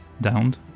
downed